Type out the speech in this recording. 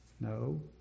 No